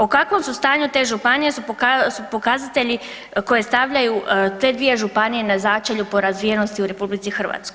U kakvom stanju su te županije su pokazatelji koje stavljaju te dvije županije na začelje po razvijenosti u RH.